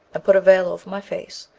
and put a veil over my face,